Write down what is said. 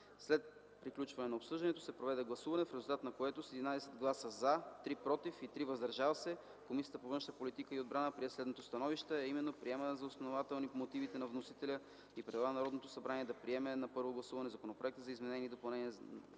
След приключването на обсъждането се проведе гласуване, в резултат на което с 11 гласа „за”, 3 „против” и 3 „въздържали се” Комисията по външна политика и отбрана прие следното становище: Приема за основателни мотивите на вносителя и предлага на Народното събрание да приеме на първо гласуване Законопроект за изменение и допълнение